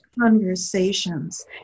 conversations